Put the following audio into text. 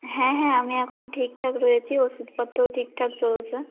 হ্যাঁ হ্যাঁ আমি এখন ঠিকঠাক রয়েছি ওষুধপত্রও ঠিকঠাক চলছে